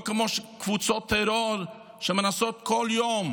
לא כשקבוצות טרור מנסות כל יום